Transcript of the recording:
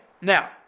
Now